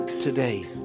today